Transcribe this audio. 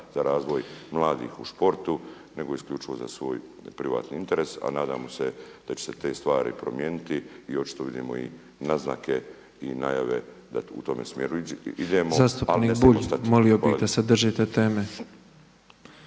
za razvoj mladih u športu nego isključivo za svoj privatni interes a nadamo se da će se te stvari promijeniti i očito vidimo i naznake i najave da u tome smjeru idemo ali ne smijemo odustati.